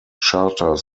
charter